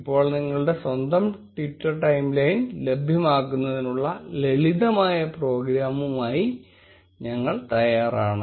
ഇപ്പോൾ നിങ്ങളുടെ സ്വന്തം ട്വിറ്റർ ടൈംലൈൻ ലഭ്യമാക്കുന്നതിനുള്ള ലളിതമായ പ്രോഗ്രാമുമായി ഞങ്ങൾ തയ്യാറാണ്